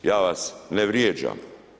Ja vas ne vrijeđam.